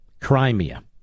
Crimea